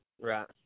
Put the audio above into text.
right